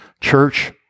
Church